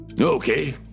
Okay